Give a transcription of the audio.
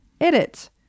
Edit